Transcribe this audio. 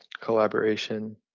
collaboration